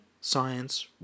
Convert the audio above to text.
Science